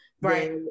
Right